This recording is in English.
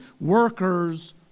Workers